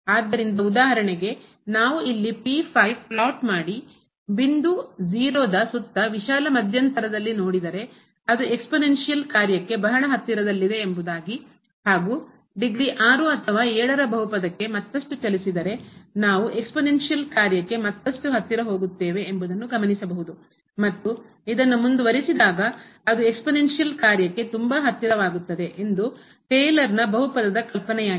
ಆದ್ದರಿಂದ ಉದಾಹರಣೆಗೆ ನಾವು ಇಲ್ಲಿ ಫ್ಲಾಟ್ ಮಾಡಿ ಸಂಚು ಮಾಡಿ ಬಿಂದು 0 ಯ ಸುತ್ತ ವಿಶಾಲ ಮಧ್ಯಂತರದಲ್ಲಿ ನೋಡಿದರೆ ಅದು ಎಕ್ಸ್ಪೋನೆಂಶಿಯಲ್ ಘಾತೀಯ ಕಾರ್ಯಕ್ಕೆ ಬಹಳ ಹತ್ತಿರದಲ್ಲಿದೆ ಎಂಬುದಾಗಿ ಹಾಗೂ ಡಿಗ್ರಿ 6 ಅಥವಾ 7 ರ ಬಹುಪದಕ್ಕೆ ಮತ್ತಷ್ಟು ಚಲಿಸಿದರೆ ನಾವು ಎಕ್ಸ್ಪೋನೆಂಶಿಯಲ್ ಘಾತೀಯ ಕಾರ್ಯಕ್ಕೆ ಮತ್ತಷ್ಟು ಹತ್ತಿರ ಹೋಗುತ್ತೇವೆ ಎಂಬುದನ್ನು ಗಮನಿಸಬಹುದು ಮತ್ತು ಇದನ್ನು ಮುಂದುವರೆಸಿದಾಗ ಅದು ಎಕ್ಸ್ಪೋನೆಂಶಿಯಲ್ ಘಾತೀಯ ಕಾರ್ಯಕ್ಕೆ ತುಂಬಾ ಹತ್ತಿರವಾಗುತ್ತದೆ ಎಂದು ಟೇಲರ್ನ ಬಹುಪದದ ಕಲ್ಪನೆಯಾಗಿದೆ